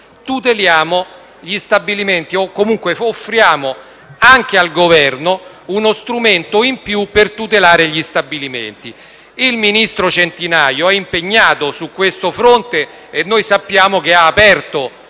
tuteli gli stabilimenti o comunque offra anche al Governo uno strumento in più per tutelare gli stabilimenti. Il ministro Centinaio è impegnato su questo fronte e sappiamo che ha aperto